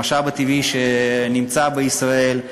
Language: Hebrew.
המשאב הטבעי שנמצא בישראל,